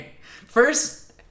First